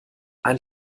ein